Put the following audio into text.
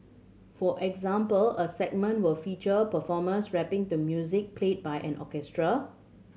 for example a segment will feature performers rapping to music played by an orchestra